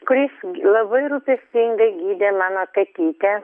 kuris labai rūpestingai gydė mano katytę